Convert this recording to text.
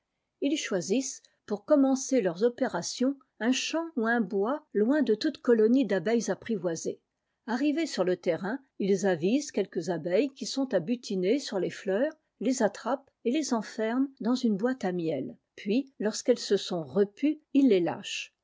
ils choisissent pour commen cer leurs c ations un champ ou un bois loin de touie nie d'abeilles apprivoisées arrivés sur le terrain ils avisent quelques abeilles qui sont à butiner sur les fleurs les attrapent et les enferment dans une boite à miel puis lorsqu'elles se sont repues ils les lâchent